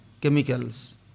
chemicals